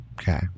Okay